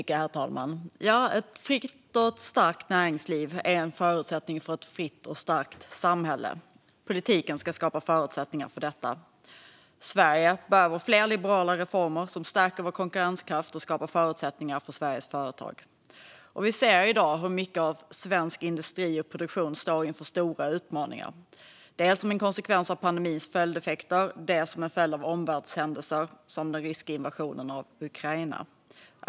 Herr talman! Ett fritt och starkt näringsliv är en förutsättning för ett fritt och starkt samhälle. Politiken ska skapa förutsättningar för detta. Sverige behöver fler liberala reformer som stärker vår konkurrenskraft och skapar förutsättningar för Sveriges företag. Vi ser i dag att mycket av svensk industri och produktion står inför stora utmaningar dels som en konsekvens av pandemins följdeffekter, dels som en följd av omvärldshändelser, som den ryska invasionen av Ukraina.